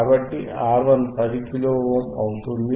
కాబట్టి R1 10 kilo ohm అవుతుంది